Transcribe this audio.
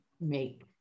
make